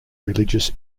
religious